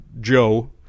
joe